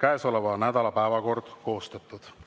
käesoleva nädala päevakord koostatud. Järgnevalt